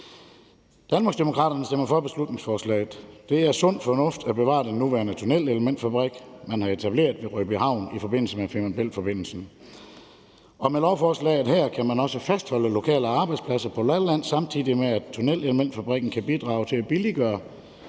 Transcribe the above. Danmarksdemokraterne stemmer for lovforslaget. Det er sund fornuft at bevare den nuværende tunnelelementfabrik, som man har etableret ved Rødbyhavn i forbindelse med Femern Bælt-forbindelsen. Og med lovforslaget her kan man også fastholde lokale arbejdspladser på Lolland, samtidig med at tunnelelementfabrikken kan bidrage til at billiggøre